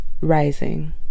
rising